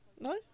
No